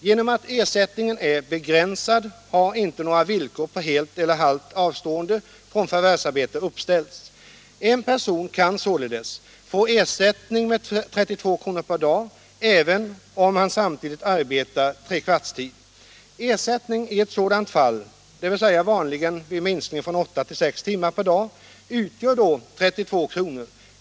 Genom att ersättningen är begränsad har inte några villkor på helt eller halvt avstående från förvärvsarbete uppställts. En person kan således få ersättning med 32 kr. per dag även om han samtidigt arbetar trekvartstid. Ersättningen i ett sådant fall, dvs. vanligen vid minskning från åtta till sex timmar per dag, utgör då 32 kr.